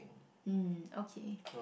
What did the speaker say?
mm okay